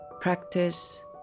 practice